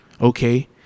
okay